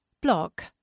block